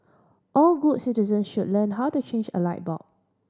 all good citizens should learn how to change a light bulb